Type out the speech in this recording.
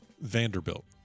Vanderbilt